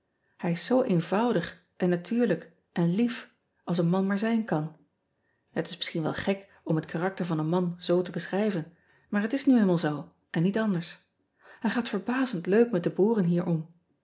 ij is zoo eenvoudig en natuurlijk en lief als een man maar zijn kan et is misschien wel gek om het karakter van een man z te beschrijven maar het is nu eenmaal zoo en niet anders ij gaat verbazend leuk met de boeren hier